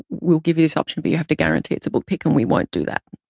we'll give you this option, but you have to guarantee it's a book pick. and we won't do that.